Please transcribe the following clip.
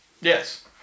Yes